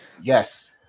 Yes